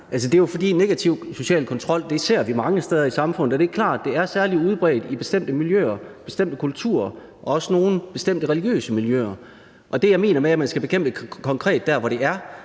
Det er, fordi negativ social kontrol ser vi mange steder i samfundet, og det er klart, at det er særlig udbredt i bestemte miljøer, bestemte kulturer, også i nogle bestemte religiøse miljøer. Og det, jeg mener med, at man skal bekæmpe det konkret der, hvor det er,